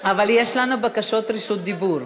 אבל יש לנו בקשות רשות דיבור,